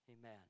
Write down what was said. Amen